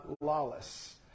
lawless